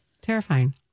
Terrifying